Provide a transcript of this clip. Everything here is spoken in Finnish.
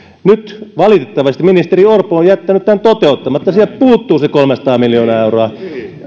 nyt valitettavasti ministeri orpo on jättänyt tämän toteuttamatta sieltä puuttuu se kolmesataa miljoonaa euroa